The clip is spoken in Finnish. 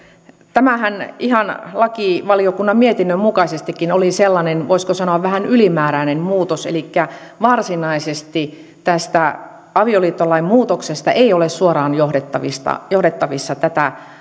tämähän ihan lakivaliokunnan mietinnön mukaisestikin oli sellainen voisiko sanoa vähän ylimääräinen muutos elikkä varsinaisesti tästä avioliittolain muutoksesta ei ole suoraan johdettavissa johdettavissa tätä